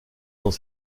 dans